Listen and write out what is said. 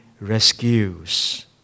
rescues